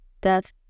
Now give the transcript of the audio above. death